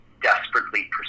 desperately